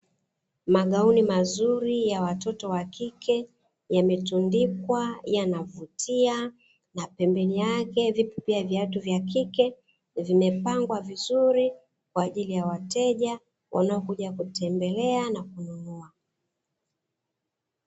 Magauni mazuri ya watoto wa kike yametundikwa, yanavutia na pembeni yake vipo pia viatu vya kike vimepangwa vizuri kwa ajili ya wateja wanaokuja kutembelea na kununua.